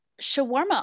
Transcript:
shawarma